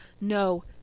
No